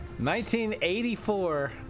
1984